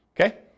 okay